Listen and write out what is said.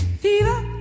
Fever